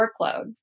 workload